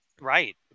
Right